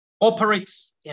operates